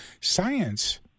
Science